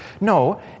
No